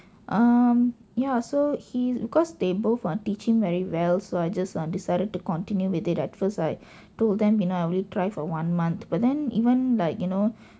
um ya so he cause they both are teaching very well so I just ah decided to continue with it at first I told them you know I only try for one month but then even like you know